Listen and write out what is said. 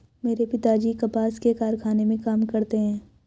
मेरे पिताजी कपास के कारखाने में काम करते हैं